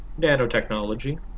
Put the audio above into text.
nanotechnology